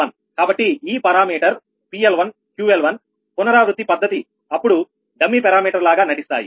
కాబట్టి ఈ పారామీటర్ 𝑃𝐿1 𝑄𝐿1 పునరావృత్తి పద్ధతి అప్పుడు డమ్మీ పారామీటర్ లాగా నటిస్తాయి